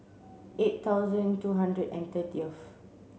eight thousand two hundred and thirtieth